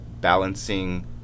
balancing